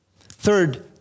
Third